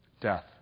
Death